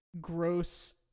gross